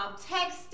texting